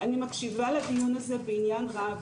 אני מקשיבה לדיון הזה בעניין רב,